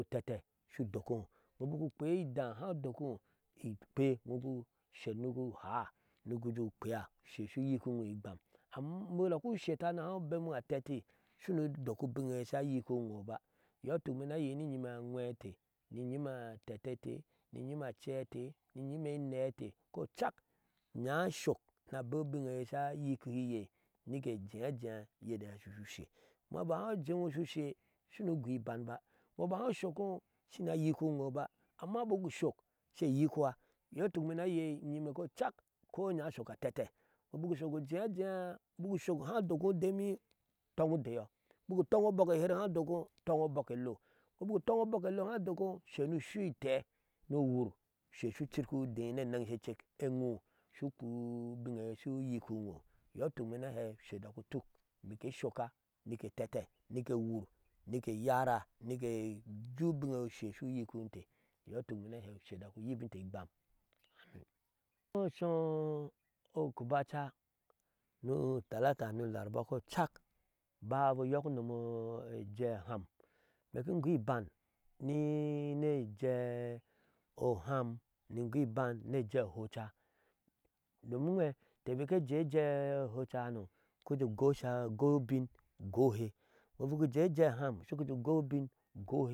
Bik utete shu udokiŋo ino bik ukpea idaa haa udokino ikpee usher nigi uhaa shu udokino ni gi ujee ukpea ushe shu yikiŋo igbam, amma bik udak ushetta ni ukpeŋo ateti shimo udok ubinneya sha yikino ba iyɔɔ ituk ima ni ayei ni nyime angwee e inte ni nyima atete ete ni nyime ace e inte ni nyima atete ete ni nyime ace e inte ni nyime enee e inte kocak niashok abea ubinneye shu yikiye ni ke jea yedeye sha shu shu shee. amma bak haa ujeŋo bik haa ushokiŋo shina ayikihiŋo ba amma bik ushok she yikuwa iyɔɔ ituk ime naa yei inyime kocak ujea ajea bik oshok haa udokioŋo udeme toŋ udeyɔ tɔnne obɔk esher haa udokiyo tɔŋ ɔbok elo iŋo bik utɔŋ obɔk elo haa udokiŋo, usher ni ushui udee ni eneŋshecek eŋo shu kpea ubin eye shu yikihinyo iyɔɔ ituk imee ni ahee ushe udak utuk mike shokka nike tete mike wur nike eyara nike ese ubin o ushe shu yikihinte iyɔɔ ituk imee naa ahei ushe dak uyikinte igban amin ni oshɔɔ kubacha ni utalata ni warba kocak aba ba ayɔk unom ejee oham ime ki ingoo iban ni ejee oham ni in goo iban ni ejee abɔca domin unwee bik ke ejee ejee ohɔcahano ku ujee ugoi abin ugohe bik ujee ejee oham ujee ugoi ubin ugohe.